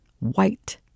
white